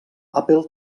apple